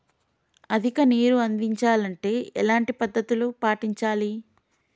అధిక నీరు అందించాలి అంటే ఎలాంటి పద్ధతులు పాటించాలి?